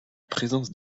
présence